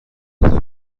منتظر